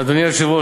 אדוני היושב-ראש,